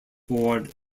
board